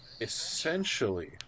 essentially